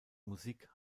musik